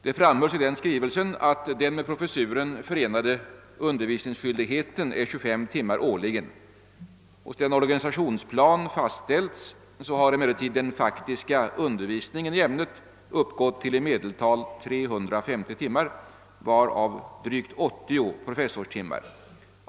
Det framhölls i den skrivelsen att den med professuren förenade undervisningsskyldigheten är 25 timmar årligen. Sedan organisationsplanen fastställts har emellertid den faktiska undervisningen i ämnet uppgått till i medeltal 350 timmar, varav drygt 80 professorstimmar.